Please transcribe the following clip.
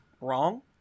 wrong